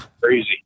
Crazy